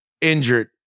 injured